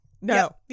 No